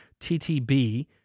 TTB